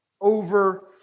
over